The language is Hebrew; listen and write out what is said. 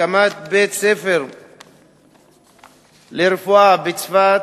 הקמת בית-ספר לרפואה בצפת